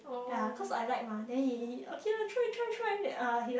ye cause I like mah then he he okay try try try then uh he